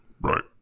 Right